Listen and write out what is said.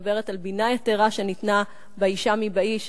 שמדברת על בינה יתירה שניתנה באשה מבאיש,